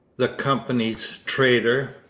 the company's trader.